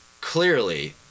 clearly